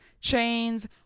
chains